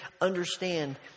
understand